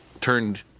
turned